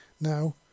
Now